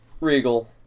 regal